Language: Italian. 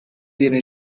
viene